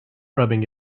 rubbing